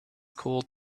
called